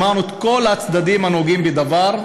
שמענו את כל הצדדים הנוגעים בדבר,